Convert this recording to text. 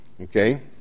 Okay